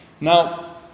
Now